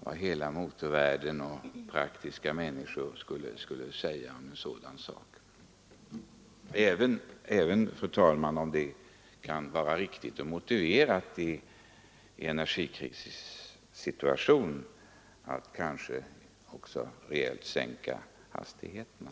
vad hela motorvärlden och praktiskt verksamma människor skulle säga om en sådan hastighetssänkning — även om det, fru talman, kan vara riktigt och motiverat i en energikrissituation att sänka hastighetsgränserna.